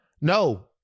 No